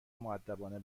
مودبانه